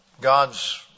God's